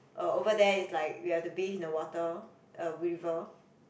uh over there is like we have to bathe in the water a river